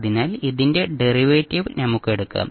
അതിനാൽ ഇതിന്റെ ഡെറിവേറ്റീവ് നമുക്ക് എടുക്കാം